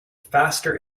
faster